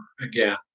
again